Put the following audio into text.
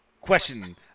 question